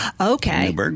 Okay